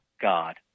God